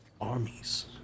armies